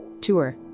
Tour